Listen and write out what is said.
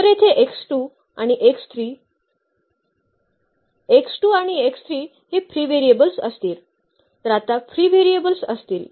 तर येथे आणि आणि हे फ्री व्हेरिएबल्स असतील तर आता फ्री व्हेरिएबल्स असतील